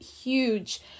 huge